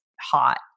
hot